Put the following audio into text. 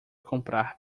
comprar